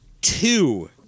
two